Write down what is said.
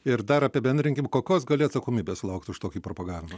ir dar apibendrinkim kokios gali atsakomybės laukt už tokį propagavimą